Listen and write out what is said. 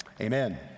Amen